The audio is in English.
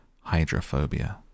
hydrophobia